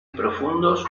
profundos